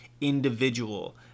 individual